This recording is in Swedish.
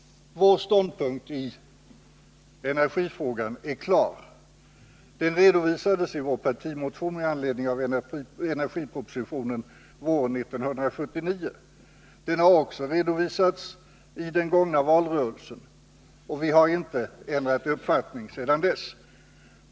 Vår ståndpunkt i energifrågan är klar. Den redovisades i vår partimotion med anledning av energipropositionen våren 1979. Den har också redovisats i den gångna valrörelsen, och vi har inte ändrat uppfattning sedan dess.